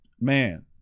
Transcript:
man